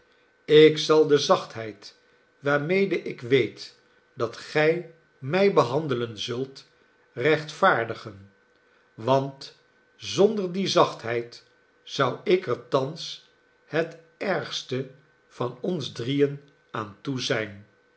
ik zal de zachtheid waarmede ik weet dat gij mij behandelen zult rechtvaardigen want zonder die zachtheid zou ik er thans het ergste van ons drieen aan toe zijn